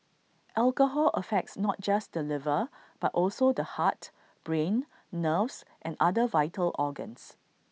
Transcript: alcohol affects not just the liver but also the heart brain nerves and other vital organs